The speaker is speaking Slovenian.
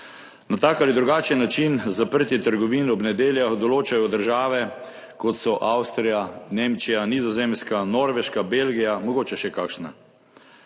Na tak ali drugačen način, zaprtje trgovin ob nedeljah določajo države, kot so Avstrija, Nemčija, Nizozemska, Norveška, Belgija, mogoče še kakšna.